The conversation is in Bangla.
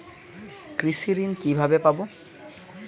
কৃষি ঋন কিভাবে পাব?